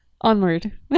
Onward